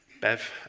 Bev